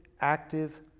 active